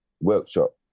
workshop